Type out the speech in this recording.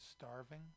starving